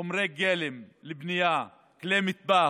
חומרי גלם לבנייה, כלי מטבח,